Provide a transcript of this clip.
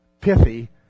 pithy